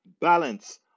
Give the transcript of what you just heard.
balance